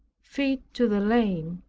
feet to the lame,